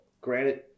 granted